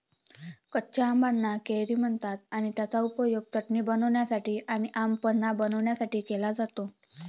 कच्या आंबाना कैरी म्हणतात आणि त्याचा उपयोग चटणी बनवण्यासाठी आणी आम पन्हा बनवण्यासाठी केला जातो